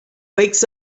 wakes